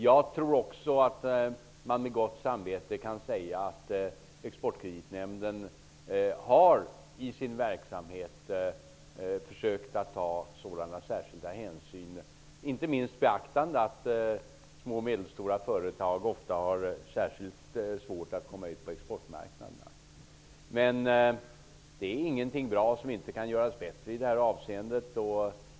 Jag tror också att man med gott samvete kan säga att Exportkreditnämnden i sin verksamhet har försökt att ta sådana särskilda hänsyn, inte minst beaktande att små och medelstora företag ofta har särskilt svårt att komma ut på exportmarknaderna. Men det är ingenting bra som inte kan göras bättre i det avseendet.